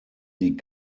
die